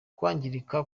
kwangirika